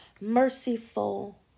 Merciful